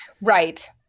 Right